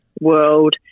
world